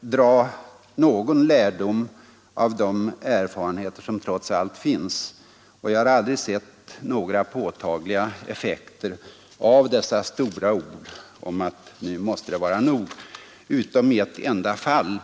dra någon lärdom av de erfarenheter som trots allt finns, och jag har aldrig sett några påtagliga effekter av de stora orden ”Nu måste det vara nog! ”.— utom i ett enda fall.